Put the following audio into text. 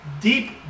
deep